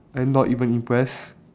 I'm not even impress